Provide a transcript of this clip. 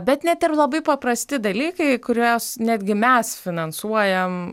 bet net ir labai paprasti dalykai kuriuos netgi mes finansuojam